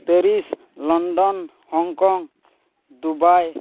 Paris London Hong Kong Dubai